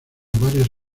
varias